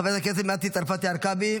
חברת הכנסת מטי צרפתי הרכבי,